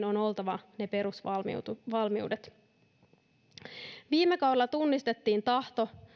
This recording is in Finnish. on oltava ne perusvalmiudet jotta pysyy mukana viime kaudella tunnistettiin tahto